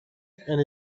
and